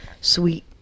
sweet